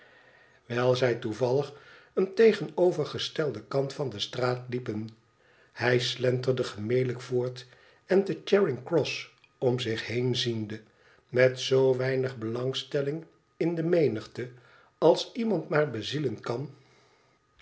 wijl zij toevallig een tegenovergestelden kant van de straat liepen hij slenterde gemelijk voort en te charing cross om zich heen ziende met zoo weinig belangstelling in de menigte als iemand maar bezielen kan